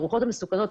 הרוחות הן מסוכנות.